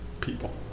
people